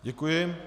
Děkuji.